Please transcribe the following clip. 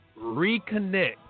reconnect